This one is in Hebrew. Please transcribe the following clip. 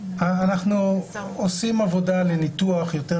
--- אנחנו עושים עבודה לניתוח יותר